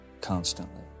constantly